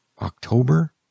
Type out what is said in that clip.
October